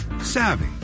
savvy